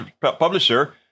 publisher